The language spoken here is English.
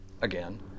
again